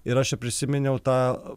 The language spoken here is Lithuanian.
ir aš čia prisiminiau tą